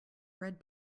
bread